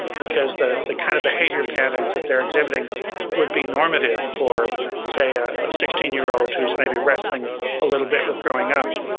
because the the kind of behavior patterns that they're exhibiting would be normative for say a sixteen year old who's maybe wrestling a little bit with growing up.